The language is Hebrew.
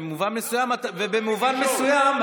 ובמובן מסוים,